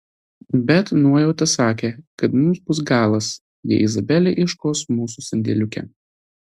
bet nuojauta sakė kad mums bus galas jei izabelė ieškos mūsų sandėliuke